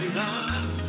love